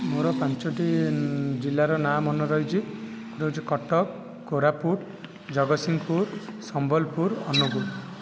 ମୋର ପାଞ୍ଚଟି ଜିଲ୍ଲାର ନାଁ ମନେ ରହିଛି ଗୋଟିଏ ହେଉଛି କଟକ କୋରାପୁଟ ଜଗତସିଂହପୁର ସମ୍ବଲପୁର ଅନୁଗୁଳ